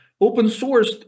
Open-sourced